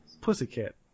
Pussycat